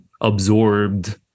absorbed